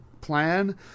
plan